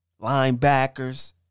Linebackers